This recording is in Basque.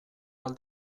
ahal